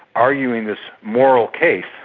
arguing this moral case,